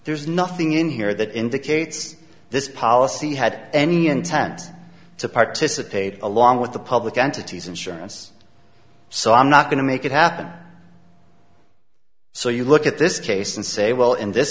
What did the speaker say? there's nothing in here that indicates this policy had any intent to participate along with the public entities insurance so i'm not going to make it happen so you look at this case and say well in this